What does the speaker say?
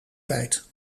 tijd